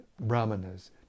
brahmanas